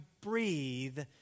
breathe